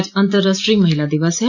आज अंतर्राष्ट्रीय महिला दिवस है